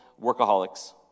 workaholics